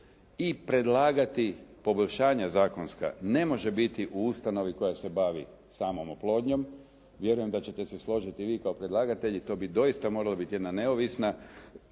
i predlagati poboljšanja zakonska ne može biti u ustanovi koja se bavi samom oplodnjom. Vjerujem da ćete se složiti vi kao predlagatelji. To bi doista morala biti jedna neovisna pod